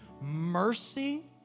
mercy